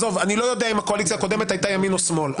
אני לא יודע אם הקואליציה הקודמת הייתה ימין או שמאל,